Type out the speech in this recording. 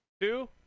Two